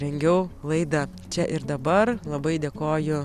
rengiau laidą čia ir dabar labai dėkoju